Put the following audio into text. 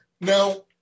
Now